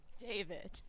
David